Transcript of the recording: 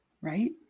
Right